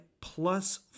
plus